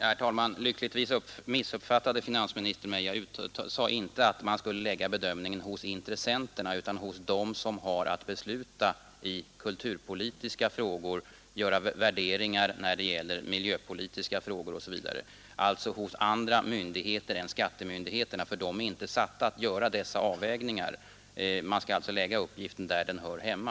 Herr talman! Lyckligtvis, kanske jag får säga, missuppfattade finansministern mig. Jag sade inte att man skulle lägga bedömningen hos intressenterna utan hos dem som har att besluta i kulturpolitiska frågor, göra värderingar när det gäller miljöpolitiska frågor osv., alltså hos andra myndigheter än skattemyndigheterna, för de är inte satta att göra dessa avvägningar. Man skall alltså lägga uppgiften där den hör hemma.